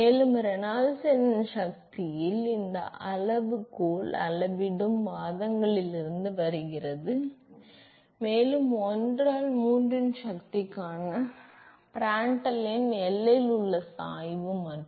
மேலும் ரெனால்ட்ஸ் எண்ணின் சக்தியில் இந்த அளவுகோல் அளவிடும் வாதங்களிலிருந்து வருகிறது மேலும் 1 ஆல் 3 இன் சக்திக்கான பிராண்டல் எண் எல்லையில் உள்ள சாய்வு மற்றும்